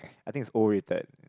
I think it's overrated